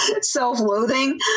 self-loathing